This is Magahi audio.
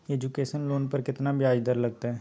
एजुकेशन लोन पर केतना ब्याज दर लगतई?